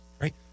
Right